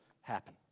happen